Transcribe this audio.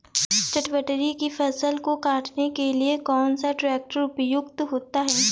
चटवटरी की फसल को काटने के लिए कौन सा ट्रैक्टर उपयुक्त होता है?